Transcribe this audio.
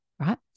Right